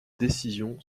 décision